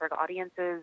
audiences